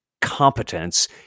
competence